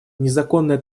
незаконная